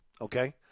okay